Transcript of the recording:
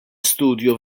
studji